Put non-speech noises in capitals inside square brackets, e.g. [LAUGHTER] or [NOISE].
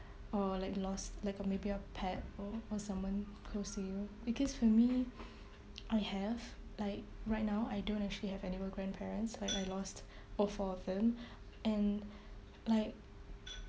or like loss like a maybe a pet or or someone close to you because for me [NOISE] I have like right now I don't actually have any more grandparents like I loss all four of them [BREATH] and like